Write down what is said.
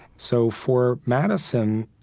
so for madison,